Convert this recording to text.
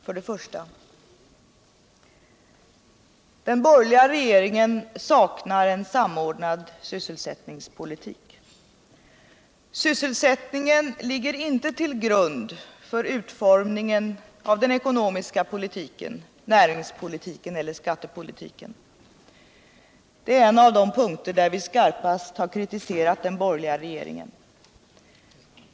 För det första: Den borgerliga regeringen saknar en samordnad sysselsättningspolitik. Sysselsättningen ligger inte till grund för utformningen av den ekonomiska politiken, näringspolitiken eller skattepolitiken. Det är en av de punkter där vi skarpast har kritiserat den borgerliga regeringen.